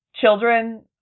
children